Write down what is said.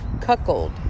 Cuckold